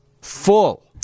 full